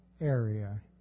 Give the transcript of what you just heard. area